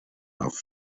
have